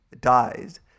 dies